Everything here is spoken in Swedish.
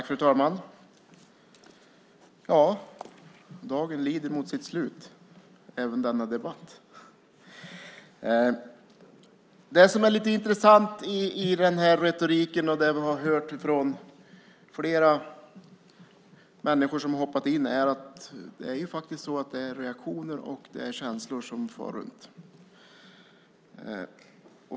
Fru talman! Dagen lider mot sitt slut, och även denna debatt. Det som är intressant i retoriken och som vi har hört från flera av dem som har hoppat in här är att reaktioner och känslor far runt.